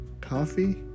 coffee